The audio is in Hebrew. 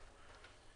בבקשה.